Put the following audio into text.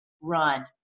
run